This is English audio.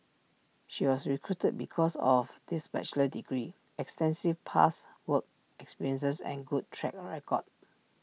she was recruited because of this bachelor's degree extensive past work experience and good track record